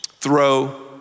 throw